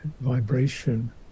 vibration